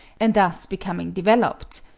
and thus becoming developed,